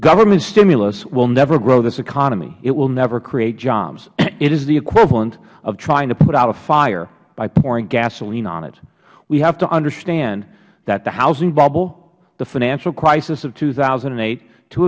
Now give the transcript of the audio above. government stimulus will never grow this economy it will never create jobs it is the equivalent of trying to put out a fire by pouring gasoline on it we have to understand that the housing bubble the financial crisis of two thousand and eight two